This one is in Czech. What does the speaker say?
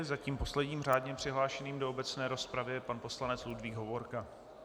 Zatím posledním řádně přihlášeným do obecné rozpravy je pan poslanec Ludvík Hovorka.